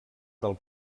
del